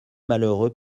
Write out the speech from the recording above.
malheureux